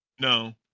No